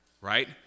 right